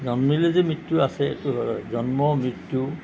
জন্মিলে যে মৃত্যু আছে সেইটো হয় জন্ম মৃত্যু